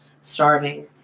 starving